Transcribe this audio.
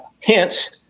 hence